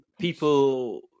People